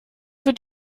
wird